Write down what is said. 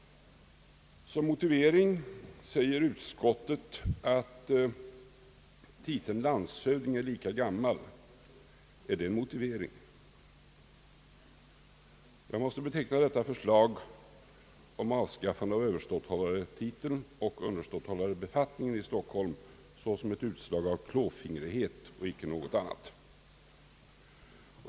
Som motivering anför utskottet att titeln landshövding är lika gammal. Är det en motivering? Jag måste beteckna detta förslag om avskaffande av Överståthållartiteln och underståthållarbefattningen såsom ett utslag av klåfingrighet och icke något annat.